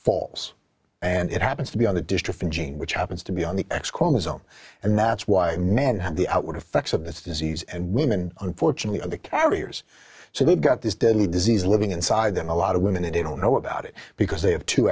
falls and it happens to be on the dystrophin gene which happens to be on the x chromosome and that's why men have the outward effects of this disease and women unfortunately of the carriers so they've got this deadly disease living inside them a lot of women and they don't know about it because they have two